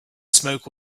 smoke